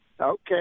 Okay